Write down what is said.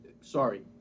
sorry